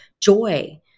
joy